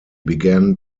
began